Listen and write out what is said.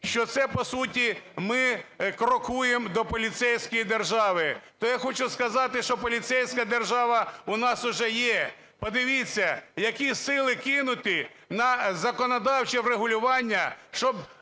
що це по суті ми крокуємо до поліцейської держави. То я хочу сказати, що поліцейська держава у нас уже є. Подивіться, які сили кинуті на законодавче врегулювання, щоб